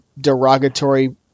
derogatory